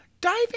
diving